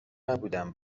نبودم